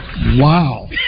Wow